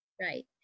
Right